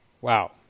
Wow